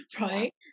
right